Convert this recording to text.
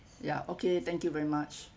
ya okay thank you very much